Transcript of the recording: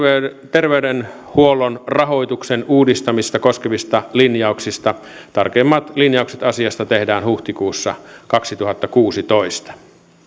terveydenhuollon rahoituksen uudistamista koskevista linjauksista tarkemmat linjaukset asiasta tehdään huhtikuussa kaksituhattakuusitoista